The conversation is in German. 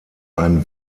ein